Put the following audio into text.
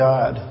God